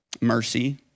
mercy